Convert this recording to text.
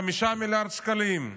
חמישה מיליארד שקלים.